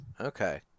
Okay